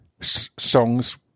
songs